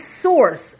source